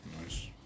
Nice